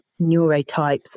neurotypes